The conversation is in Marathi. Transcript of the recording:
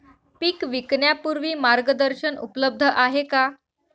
पीक विकण्यापूर्वी मार्गदर्शन उपलब्ध आहे का?